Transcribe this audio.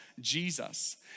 Jesus